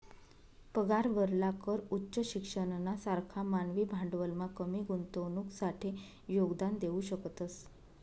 पगारावरला कर उच्च शिक्षणना सारखा मानवी भांडवलमा कमी गुंतवणुकसाठे योगदान देऊ शकतस